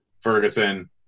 Ferguson